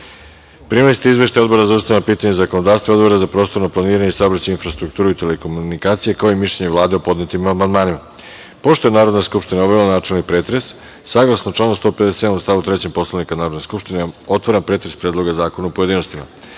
ste izveštaje Odbora za ustavna pitanja i zakonodavstvo i Odbora za prostorno planiranje, saobraćaj i infrastrukturu i telekomunikacije, kao i mišljenje Vlade o podnetim amandmanima. Pošto je Narodna skupština obavila načelni pretres, saglasno članu 157. stav 3. Poslovnika Narodne skupštine, otvaram pretres Predloga zakona u pojedinostima. Na